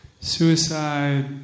Suicide